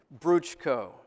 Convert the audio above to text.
Bruchko